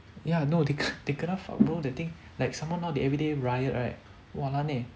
ya no they they kena fucked bro that thing like somemore now they everyday riot right walan eh